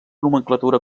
nomenclatura